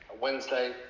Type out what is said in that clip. wednesday